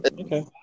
okay